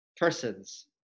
persons